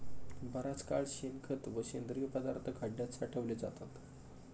बराच काळ शेणखत व सेंद्रिय पदार्थ खड्यात साठवले जातात